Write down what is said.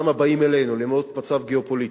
למה באים אלינו למרות המצב הגיאו-פוליטי,